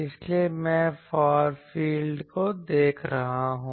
इसलिए मैं far field को देख रहा हूं